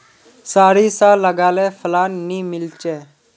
सारिसा लगाले फलान नि मीलचे?